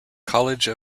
college